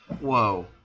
whoa